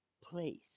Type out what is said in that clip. place